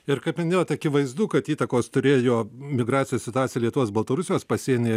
ir kaip minėjote akivaizdu kad įtakos turėjo migracijos situacija lietuvos baltarusijos pasienyje